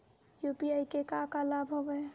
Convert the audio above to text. UPI के का का लाभ हवय?